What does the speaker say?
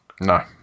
No